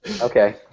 Okay